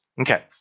Okay